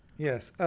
yes. ah